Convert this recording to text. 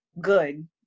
good